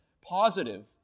positive